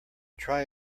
try